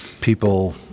people